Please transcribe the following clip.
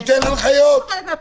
שייתן הנחיות.